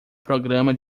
programa